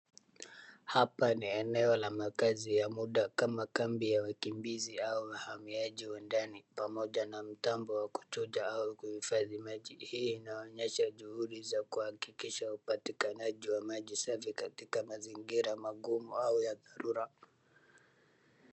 Hapa ni eneo la makazi ya muda kama kambi ya wakimbizi au wahamiaji wa ndani pamoja na mtambo wa kuchuja au kuhifadhi maji. Hii inaonyesha juhudi za kuhakikisha upatikanaji wa maji safi katika mazingira ngumu au ya dharura.